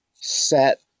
set